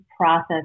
process